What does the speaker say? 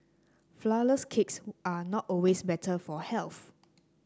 flourless cakes are not always better for health